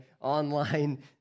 online